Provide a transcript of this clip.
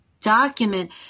document